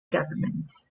government